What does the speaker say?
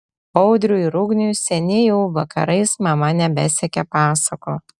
audriui ir ugniui seniai jau vakarais mama nebesekė pasakų